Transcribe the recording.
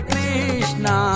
Krishna